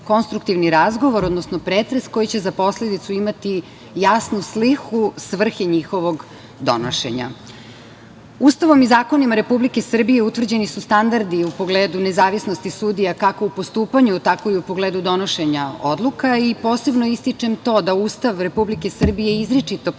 konstruktivni razgovor, odnosno pretres koji će za posledicu imati jasnu sliku svrhe njihovog donošenja. Ustavom i zakonima Republike Srbije utvrđeni su standardi u pogledu nezavisnosti sudija kako u postupanju, tako i u pogledu donošenja odluka i posebno ističem to da Ustav Republike Srbije izričito propisuje